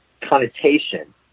connotation